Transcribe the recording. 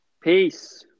Peace